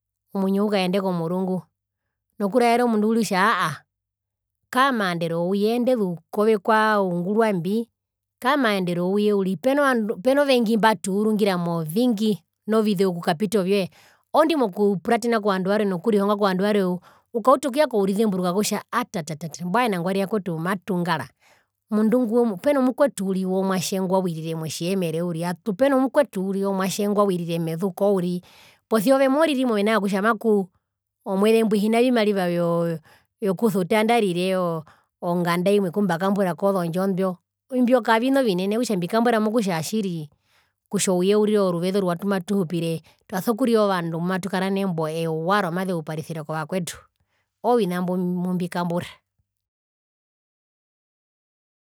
Omwinyo ukaende komurungu nokuraera omundu uriri kutja aaa aaa kaamaandero wouye tjeenderi kove kwaungurwa mbi, kaamandero wouye uri, peno vengi mbatuurungira movingi novizeu okapita ovyoe, oondi mokupuratena kovandu varwe nokurihonga kovandu varwe ukauta okuya kourizemburuka wokutja ataatatata mbwae nangwari vakwetu matungara omundu ngwi peno mukwetu womwatje uriri ngwawirire motjiyemere uriri atu peno mukwetu uririomwatje uriri omwatje ngwawirire mezuko uriri posia ove moriri movina vyokutja makuu omweze mbwi hina vimariva vyoo vyoo kusuta nandarire oo onganda imwe kumbakambura kozondjo mbo, imbyo kavina ovinene okutja mbikambura mokutja tjiri kutja ouye urire oruveze oruwa pumatuhupire twaso kurira ovandu mbumbatukara nembo ewa romazeuparisiro kovakwetu oovina mumbikambura.